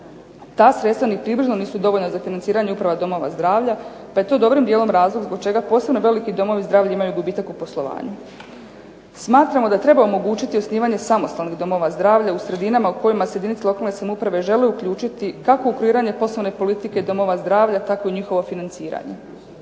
Ta sredstva ni približno nisu dovoljna za financiranje uprava domova zdravlja pa je to dobrim dijelom razlog zbog čega posebno veliki domovi zdravlja imaju gubitak u poslovanju. Smatramo da treba omogućiti osnivanje samostalnih domova zdravlja u sredinama u kojima se jedinice lokalne samouprave žele uključiti kako u kreiranje poslovne politike domova zdravlja tako i u njihovo financiranje.